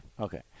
Okay